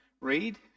read